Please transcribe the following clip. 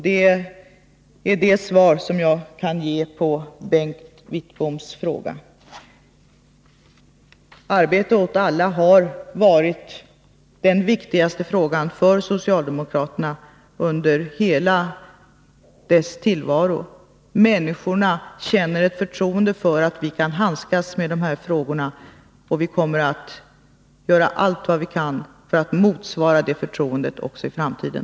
Det är det svar som jag kan ge på Bengt Wittboms fråga. Arbete åt alla har varit den viktigaste frågan för socialdemokraterna under hela deras tillvaro. Människorna känner ett förtroende för att vi kan handskas med dessa frågor, och vi kommer att göra allt vad vi kan för att motsvara det förtroendet också i framtiden.